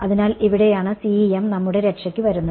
അതിനാൽ ഇവിടെയാണ് CEM നമ്മളുടെ രക്ഷയ്ക്ക് വരുന്നത്